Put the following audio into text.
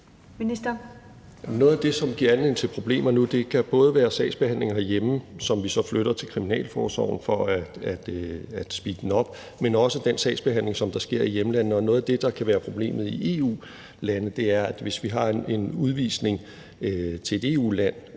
Noget af det, som giver anledning til problemer nu, kan både være sagsbehandlingen herhjemme, som vi så flytter til Kriminalforsorgen for at speede den op, men også den sagsbehandling, som der sker i hjemlandet. Og noget af det, der kan være problemet i EU-lande, er, at hvis vi har en udvisning til et EU-land,